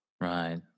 Right